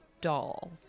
Doll